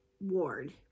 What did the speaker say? Ward